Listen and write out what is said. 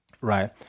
right